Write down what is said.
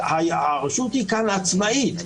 הרשות כאן היא עצמאית,